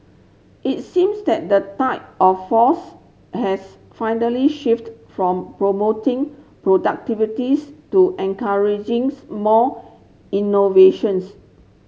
it seems that the tide of force has finally shifted from promoting productivities to encouraging more innovations